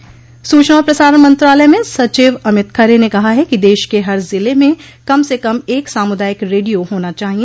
सूचना और प्रसारण मंत्रालय में सचिव अमित खरे ने कहा है कि देश के हर जिले में कम से कम एक सामुदायिक रेडियो होना चाहिए